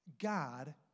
God